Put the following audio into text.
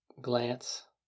glance